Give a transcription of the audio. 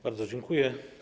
Bardzo dziękuję.